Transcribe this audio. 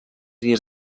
dies